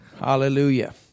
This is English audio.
Hallelujah